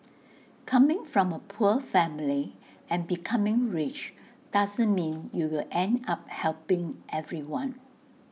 coming from A poor family and becoming rich doesn't mean you will end up helping everyone